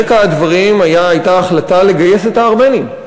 ברקע הדברים הייתה החלטה לגייס את הארמנים.